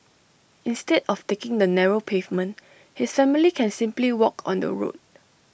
instead of taking the narrow pavement his family can simply walk on the road